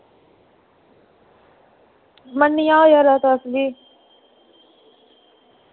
मन्नी जाओ यरो तुस बी